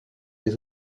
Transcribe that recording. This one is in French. des